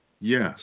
Yes